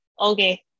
okay